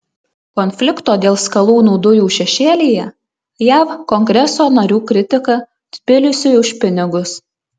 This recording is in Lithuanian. konflikto dėl skalūnų dujų šešėlyje jav kongreso narių kritika tbilisiui už pinigus